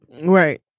Right